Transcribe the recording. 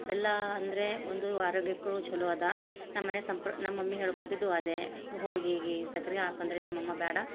ಬೆಲ್ಲಾ ಅಂದರೆ ಒಂದು ಆರೋಗ್ಯಕ್ಕೂ ಚಲೋ ಅದಾ ನಮ್ಮನೆ ಸಂಪ್ರ ನಮ್ಮಮ್ಮಿ ಹೇಳ್ಕೊಟ್ಟಿದ್ದೂ ಅದೇ ಸ್ ಹೊಳ್ಗಿಗೆ ಸಕ್ಕರೆ ಹಾಕಂದರೆ ನಮ್ಮಮ್ಮ ಬ್ಯಾಡ